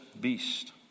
beast